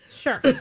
Sure